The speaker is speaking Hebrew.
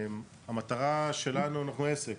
אנחנו עסק,